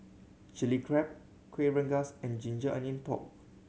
Chili Crab Kueh Rengas and ginger onion pork